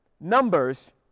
Numbers